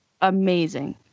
Amazing